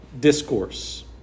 Discourse